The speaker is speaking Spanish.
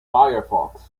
firefox